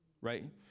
right